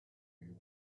you